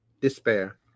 Despair